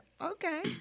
Okay